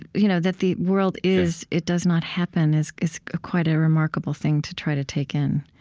you know that the world is, it does not happen, is is quite a remarkable thing to try to take in